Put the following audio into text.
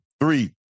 three